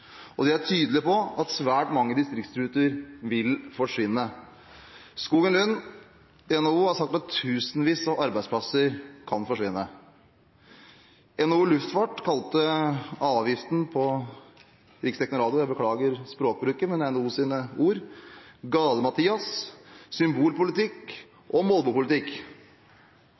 Og de er tydelige på at svært mange distriktsruter vil forsvinne. Skogen Lund, NHO, har sagt at tusenvis av arbeidsplasser kan forsvinne. NHO Luftfart kalte avgiften på riksdekkende radio – jeg beklager språkbruken, men det er NHOs ord